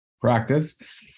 practice